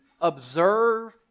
observe